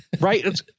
right